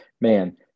Man